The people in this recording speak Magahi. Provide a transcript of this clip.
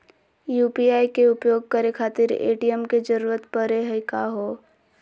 यू.पी.आई के उपयोग करे खातीर ए.टी.एम के जरुरत परेही का हो?